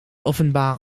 offenbar